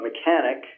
mechanic